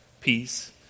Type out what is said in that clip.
peace